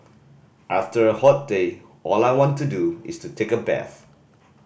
after a hot day all I want to do is to take a bath